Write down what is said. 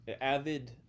avid